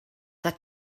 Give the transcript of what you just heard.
that